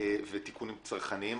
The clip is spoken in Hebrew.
ותיקונים צרכניים.